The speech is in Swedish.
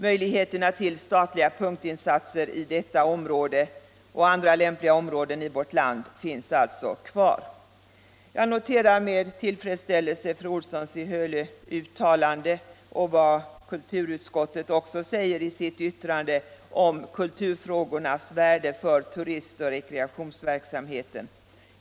Möjligheterna till statliga punktinsatser i detta område och andra lämpliga områden i vårt land finns alltså kvar. Jag noterar med tillfredsställelse fru Olssons i Hölö uttalande och vad kulturutskottet också säger i sitt yttrande om kulturfrågornas värde för turistoch rekreationsverksamheten.